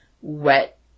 wet